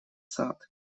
сад